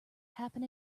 happen